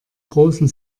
großen